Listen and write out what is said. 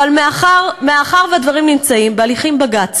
אבל מאחר, מאחר שהדברים נמצאים בהליכים בבג"ץ,